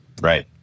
Right